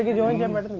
and join him at